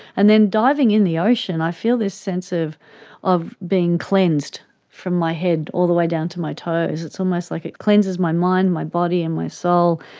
and then diving in the ocean, i feel this sense of of being cleansed from my head all the way down to my toes. it's almost like it cleanses my mind, my body and my soul.